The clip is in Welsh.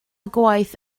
gwaith